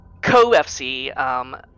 co-FC